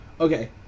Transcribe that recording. Okay